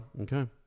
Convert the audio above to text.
Okay